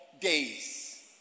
days